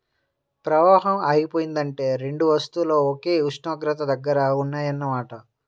ప్రవాహం ఆగిపోయిందంటే రెండు వస్తువులు ఒకే ఉష్ణోగ్రత దగ్గర ఉన్నాయన్న మాట